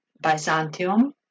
Byzantium